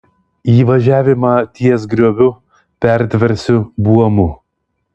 įvažiavimą ties grioviu pertversiu buomu